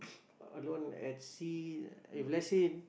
alone at sea if let's say